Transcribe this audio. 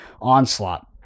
Onslaught